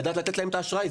לדעת לתת להם את האשראי.